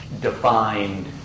defined